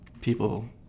people